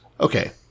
Okay